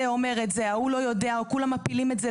זה אומר את זה,